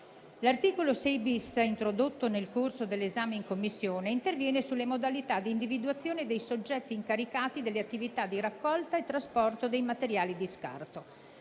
L'articolo 6-*bis*, introdotto nel corso dell'esame in Commissione, interviene sulle modalità di individuazione dei soggetti incaricati delle attività di raccolta e trasporto dei materiali di scarto.